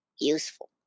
useful